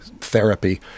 therapy